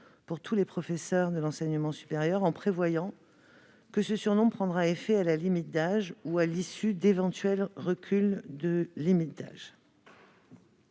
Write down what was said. pour tous les professeurs de l'enseignement supérieur : il est prévu que ce surnombre prendra effet à la limite d'âge ou à l'issue d'éventuels reculs de limite d'âge.